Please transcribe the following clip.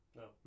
no